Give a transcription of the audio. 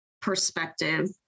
perspective